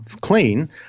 clean